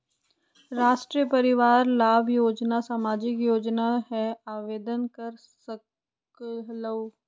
राष्ट्रीय परिवार लाभ योजना सामाजिक योजना है आवेदन कर सकलहु?